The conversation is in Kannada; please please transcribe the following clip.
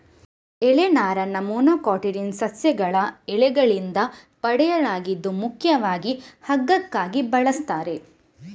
ಎಲೆ ನಾರನ್ನ ಮೊನೊಕೊಟಿಲ್ಡೋನಸ್ ಸಸ್ಯಗಳ ಎಲೆಗಳಿಂದ ಪಡೆಯಲಾಗಿದ್ದು ಮುಖ್ಯವಾಗಿ ಹಗ್ಗಕ್ಕಾಗಿ ಬಳಸ್ತಾರೆ